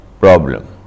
problem